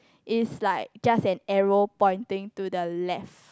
is like just an arrow pointing to the left